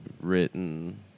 written